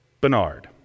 Bernard